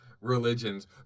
religions